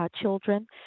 children